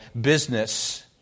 business